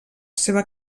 seva